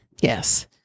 Yes